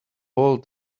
old